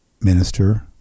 minister